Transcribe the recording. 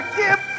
give